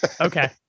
Okay